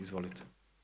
Izvolite.